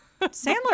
Sandler